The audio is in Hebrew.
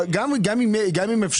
כן, כמובן, אנחנו נותנים סיוע.